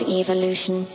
evolution